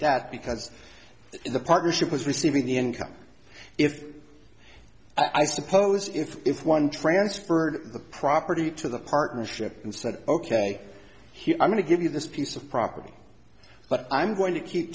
debt because the partnership was receiving the income if i suppose if one transferred the property to the partnership and said ok here i'm going to give you this piece of property but i'm going to keep